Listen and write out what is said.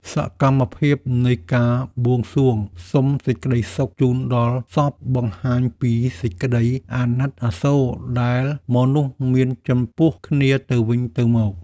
សកម្មភាពនៃការបួងសួងសុំសេចក្តីសុខជូនដល់សព បង្ហាញពីសេចក្តីអាណិតអាសូរដែលមនុស្សមានចំពោះគ្នាទៅវិញទៅមក។